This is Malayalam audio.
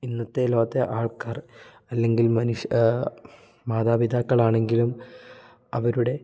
ഇന്നത്തെ ലോകത്തെ ആൾക്കാർ അല്ലെങ്കിൽ മനുഷ്യ മാതാപിതാക്കൾ ആണെങ്കിലും അവരുടെ